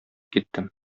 киттем